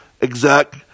exact